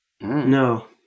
No